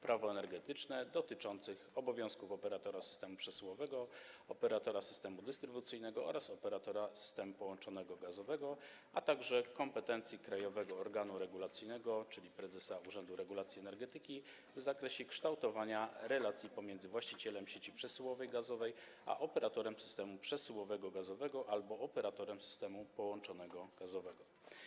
Prawo energetyczne dotyczących obowiązków operatora systemu przesyłowego, operatora systemu dystrybucyjnego oraz operatora systemu połączonego gazowego, a także kompetencji krajowego organu regulacyjnego, czyli prezesa Urzędu Regulacji Energetyki w zakresie kształtowania relacji pomiędzy właścicielem sieci przesyłowej gazowej a operatorem systemu przesyłowego gazowego albo operatorem systemu połączonego gazowego.